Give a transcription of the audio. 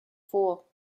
vor